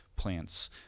plants